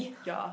ya